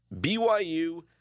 BYU